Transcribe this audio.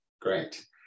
Great